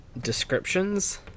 descriptions